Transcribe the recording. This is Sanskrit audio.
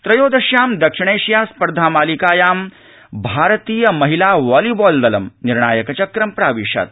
वॉबीबॉब त्रयोदश्यां दक्षिणैशिया स्पर्धा मालिकायां भारतीय महिला वॉलीबॉल् दलं निर्णायकचक्र प्राविशत्